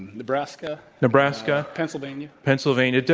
nebraska. nebraska. pennsylvania. pennsylvania.